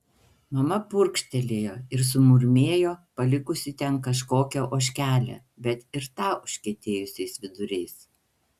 mama purkštelėjo ir sumurmėjo palikusi ten kažkokią ožkelę bet ir tą užkietėjusiais viduriais